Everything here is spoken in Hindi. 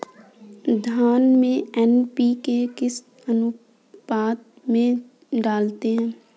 धान में एन.पी.के किस अनुपात में डालते हैं?